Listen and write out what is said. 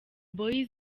boyz